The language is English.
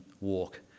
walk